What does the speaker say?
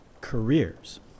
careers